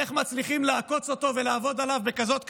איך מצליחים לעקוץ אותו ולעבוד עליו בכזאת קלות.